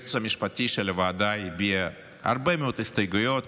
היועץ המשפטי של הוועדה הביע הרבה מאוד הסתייגויות,